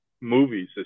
movies